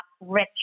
rich